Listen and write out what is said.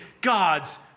God's